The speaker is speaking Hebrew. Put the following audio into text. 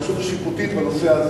השיפוטית בנושא.